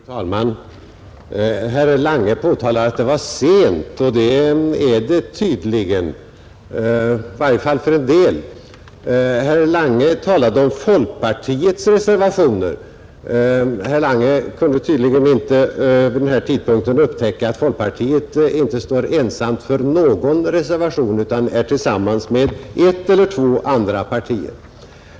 Fru talman! Herr Lange sade att det var sent, och det är det tydligen i varje fall för en del. Herr Lange talade om folkpartiets reservationer; han kunde tydligen vid denna tidpunkt inte upptäcka att folkpartiet inte står ensamt för någon reservation utan tillsammans med ett eller två andra partier.